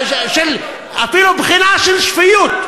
אתה הראשון שלא